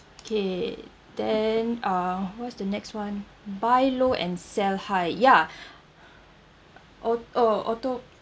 okay then uh what's the next one buy low and sell high ya au~ or auto